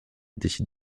décide